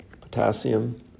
potassium